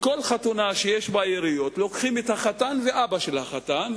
בכל חתונה שיש בה יריות לוקחים את החתן ואת אבא של החתן,